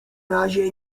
razie